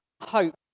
hope